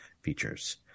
features